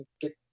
get